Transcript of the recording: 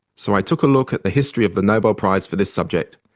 so i took a look at the history of the nobel prize for this subject.